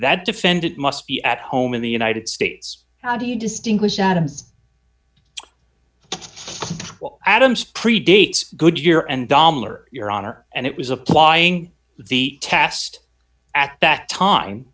that defendant must be at home in the united states how do you distinguish adams adams predates goodyear and dahmer your honor and it was applying the cast at that time